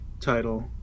title